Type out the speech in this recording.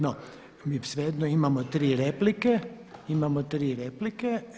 No, mi svejedno imamo tri replike, imao tri replike.